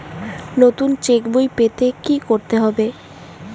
নতুন চেক বই পেতে কী করতে হবে?